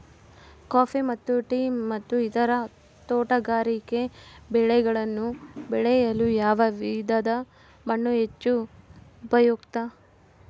Coffee ಮತ್ತು tea ಮತ್ತು ಇತರ ತೋಟಗಾರಿಕೆ ಬೆಳೆಗಳನ್ನು ಬೆಳೆಯಲು ಯಾವ ವಿಧದ ಮಣ್ಣು ಹೆಚ್ಚು ಉಪಯುಕ್ತ?